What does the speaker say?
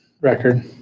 record